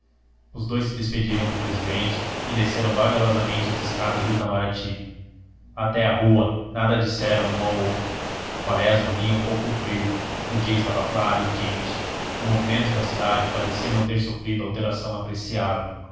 os dous se despediram do presidente e desceram vagarosamente as escadas do itamarati até à rua nada disseram um ao outro quaresma vinha um pouco frio o dia estava claro e quente o movimento da cidade parecia não ter sofrido alteração apreciável